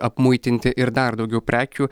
apmuitinti ir dar daugiau prekių